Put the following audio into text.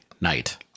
night